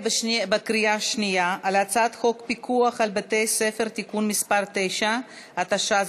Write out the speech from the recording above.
בקריאה שנייה על הצעת חוק פיקוח על בתי-ספר (תיקון מס' 9),